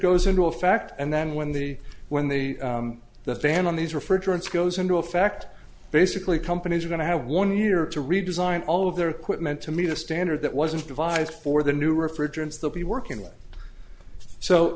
goes into effect and then when the when the the ban on these refrigerants goes into effect basically companies are going to have one year to redesign all of their equipment to meet a standard that wasn't devised for the new refrigerants they'll be working